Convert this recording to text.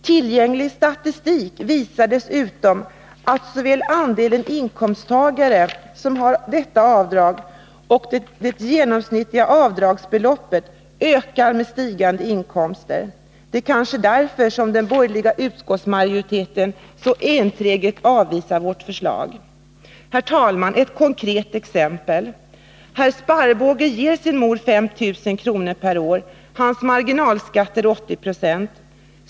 Tillgänglig statistik visar dessutom att såväl andelen inkomsttagare som har detta avdrag som det genomsnittliga avdragsbeloppet ökar med stigande inkomst. Det är kanske därför som den borgerliga utskottsmajoriteten så enträget avvisar vårt förslag. Herr talman! Ett konkret exempel: Herr Sparrbåge ger sin mor 5 000 kr. Hans marginalskatt är 80 26.